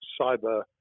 cyber